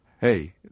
hey